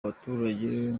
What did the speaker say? baturage